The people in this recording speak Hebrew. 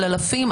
על אלפים,